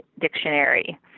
dictionary